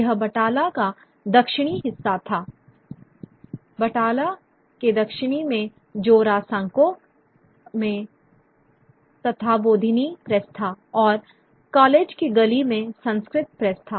यह बैटाला का दक्षिणी हिस्सा था बल्ले ताल के दक्षिण में जोरासांको में तत्ताबोधिनी प्रेस था और कॉलेज की गली में संस्कृत प्रेस था